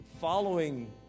following